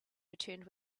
returned